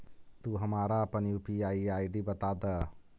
तू हमारा अपन यू.पी.आई आई.डी बता दअ